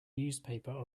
newspaper